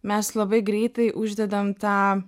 mes labai greitai uždedam tą